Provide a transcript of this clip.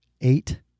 eight